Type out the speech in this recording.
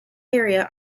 area